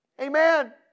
Amen